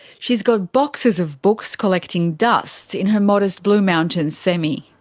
she's got boxes of books collecting dust in her modest blue mountains semi.